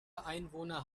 einwohner